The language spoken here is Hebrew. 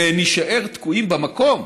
ונישאר תקועים במקום,